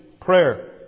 prayer